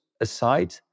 aside